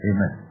Amen